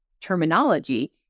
terminology